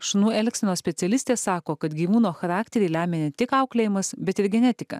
šunų elgsenos specialistė sako kad gyvūno charakterį lemia ne tik auklėjimas bet ir genetika